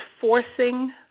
forcing